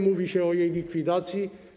Mówi się o jej likwidacji.